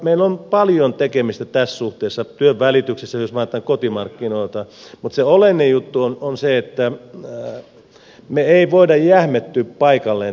meillä on paljon tekemistä tässä suhteessa työnvälityksessä jos me ajattelemme kotimarkkinoita mutta se olennainen juttu on se että me emme voi jähmettyä paikallemme tässä maailmassa